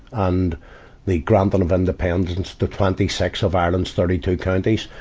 and the granting of independence, the twenty sixth of ireland's thirty two counties,